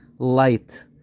light